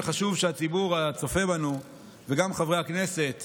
וחשוב שהציבור הצופה בנו וגם חברי הכנסת